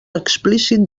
explícit